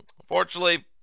unfortunately